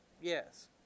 yes